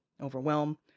overwhelm